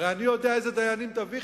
הרי אני יודע איזה דיינים תביא,